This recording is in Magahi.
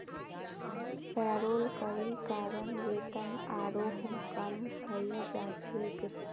पेरोल करे कारण वेतन आरोह कम हइ जा छेक